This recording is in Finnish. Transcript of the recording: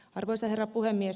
arvoisa herra puhemies